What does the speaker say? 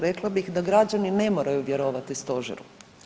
Rekla bih da građani ne moraju vjerovati stožeru.